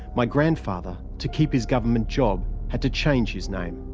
my grandfather, to keep his government job, had to change his name.